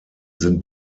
sind